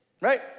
right